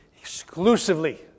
Exclusively